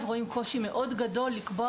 אנחנו רואים קושי מאוד גדול לקבוע